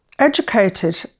educated